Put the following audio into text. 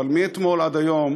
אבל מאתמול עד היום